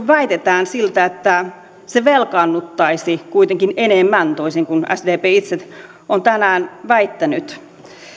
väitetään se että se velkaannuttaisi kuitenkin enemmän toisin kuin sdp itse on tänään väittänyt